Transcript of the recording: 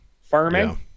farming